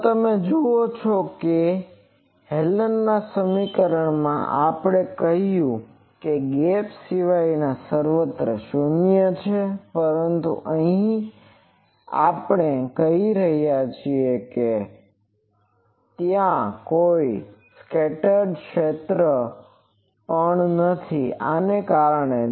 તો તમે જુઓ છો કે હેલેનના સમીકરણમાં આપણે કહ્યું ગેપ સિવાય આ સર્વત્ર શૂન્ય છે પરંતુ અહીં આપણે કહી રહ્યા છીએ કે ત્યાં કોઈ સ્કેટરડ ક્ષેત્ર પણ નથી આને કારણે